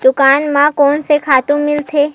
दुकान म कोन से खातु मिलथे?